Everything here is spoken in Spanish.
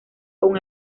con